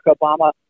Obama